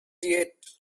yet